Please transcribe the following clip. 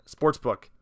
sportsbook